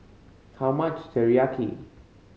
how much Teriyaki